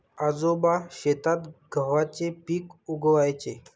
आजोबा शेतात गव्हाचे पीक उगवयाचे